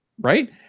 Right